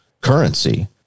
currency